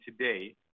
today